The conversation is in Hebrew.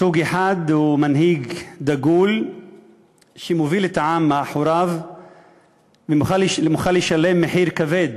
סוג אחד הוא מנהיג דגול שמוביל את העם אחריו ומוכן לשלם מחיר כבד